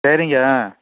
சரிங்க